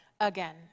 again